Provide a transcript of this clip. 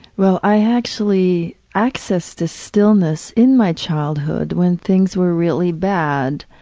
well i actually accessed the stillness in my childhood when things were really bad.